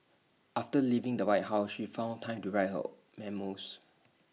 after leaving the white house she found time to write her memoirs